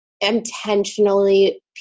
intentionally